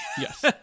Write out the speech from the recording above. Yes